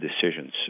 decisions